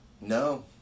No